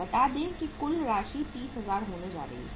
बता दें कि कुल राशि 30000 होने जा रही है